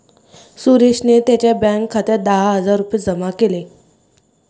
सुरेशने त्यांच्या बँक खात्यात दहा हजार रुपये जमा केले